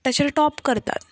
ताचेर टॉप करतात